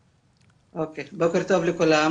בוקר טוב לכולם.